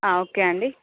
okay అండి